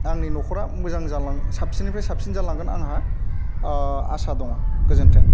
आंनि न'खरा मोजां साबसिननिफ्राय साबसिन जालांगोन आंहा आसा दङ गोजोन्थों